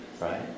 Right